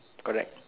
correct